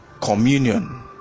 communion